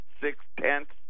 six-tenths